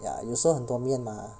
ya 有时候很多面 mah